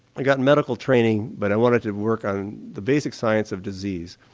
i'd got medical training but i wanted to work on the basic science of disease.